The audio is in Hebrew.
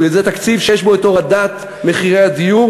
זה תקציב שיש בו הורדת מחירי הדיור